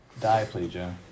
diaplegia